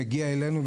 מגיע אלינו,